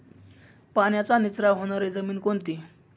पाण्याचा निचरा होणारी जमीन कोणती?